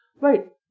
Right